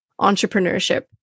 entrepreneurship